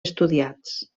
estudiats